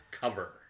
cover